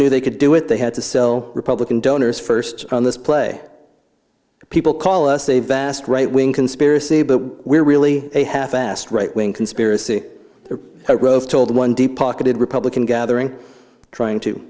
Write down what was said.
knew they could do it they had to sell republican donors first on this play people call us a vast right wing conspiracy but we're really a half assed right wing conspiracy rove told one deep pocketed republican gathering trying to